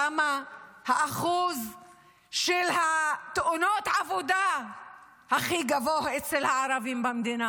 למה שאחוז תאונות העבודה בקרב הערבים יהיה הכי גבוה במדינה?